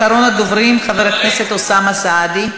אחרון הדוברים, חבר הכנסת אוסאמה סעדי.